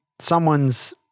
someone's